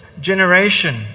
generation